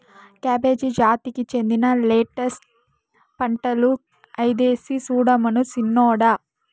cabbage జాతికి చెందిన lettuce పంటలు ఐదేసి సూడమను సిన్నోడా